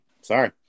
Sorry